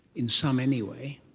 in some anyway,